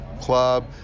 club